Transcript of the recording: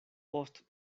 post